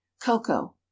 Cocoa